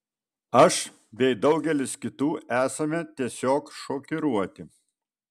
aš bei daugelis kitų esame tiesiog šokiruoti